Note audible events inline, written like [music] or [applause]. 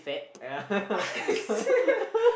I see [laughs]